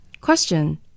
Question